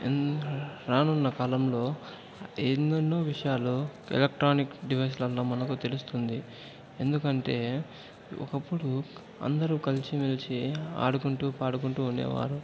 రానున్న కాలంలో ఏందన్నో విషయాలు ఎలక్ట్రానిక్ డివైస్లలో మనకు తెలుస్తుంది ఎందుకంటే ఒకప్పుడు అందరూ కలిసి మెలిసి ఆడుకుంటూ పాడుకుంటూ ఉండేవారు